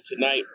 tonight